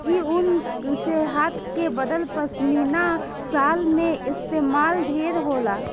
इ ऊन से हाथ के बनल पश्मीना शाल में इस्तमाल ढेर होला